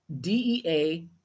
D-E-A